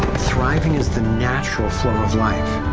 thriving is the natural flow of life.